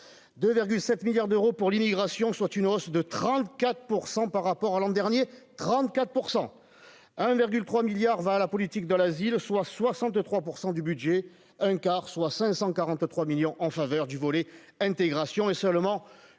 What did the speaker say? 7 milliards d'euros pour l'immigration, soit une hausse de 34 % par rapport à l'an dernier 34 % à 1,3 milliard va à la politique de l'asile, soit 63 % du budget un quart, soit 543 millions en faveur du volet intégration